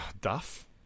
Duff